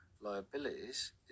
liabilities